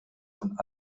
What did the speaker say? von